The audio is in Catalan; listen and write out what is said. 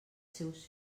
seus